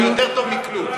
זה יותר טוב מכלום,